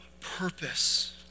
purpose